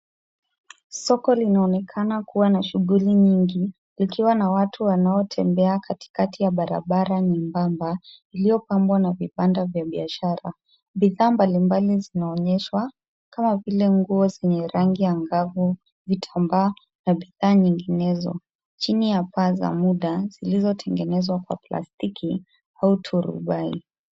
Soko linaonekana kuwa na shughuli nyingi, likiwa na watu wanaotembea katikati ya barabara nyembamba, iliyopambwa na vipanda vya biashara, bidhaa mbalimbali zinaonyeshwa kama vile nguo zenye rangi ya ngavu, vitambaa, na bidhaa nyinginezo. Chini ya paa za muda, zilizotengenezwa kwa plastiki, hauturubai.